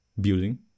building